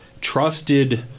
trusted